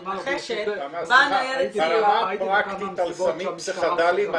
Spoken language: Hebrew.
תמר ברמה הפרקטית על סמים פסיכדליים